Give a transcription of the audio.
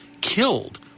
killed